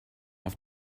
auf